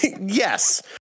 Yes